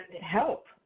help